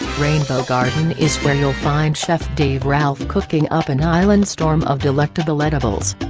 rainbow garden is where you'll find chef dave ralph cooking up an island storm of delectable edibles.